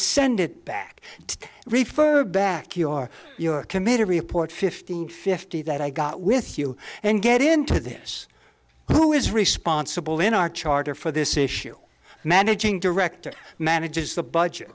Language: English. send it back to refer back your committee report fifteen fifty that i got with you and get into this who is responsible in our charter for this issue managing director manages the budget